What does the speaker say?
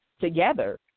together